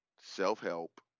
self-help